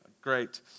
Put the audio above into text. Great